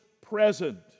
present